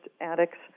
addicts